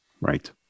Right